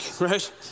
right